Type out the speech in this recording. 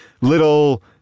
little